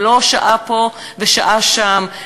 ולא שעה פה ושעה שם.